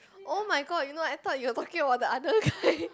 [oh]-my-god you know I thought you were talking about the other guy